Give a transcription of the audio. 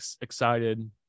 excited